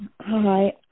Hi